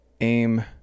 aim